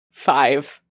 five